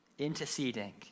Interceding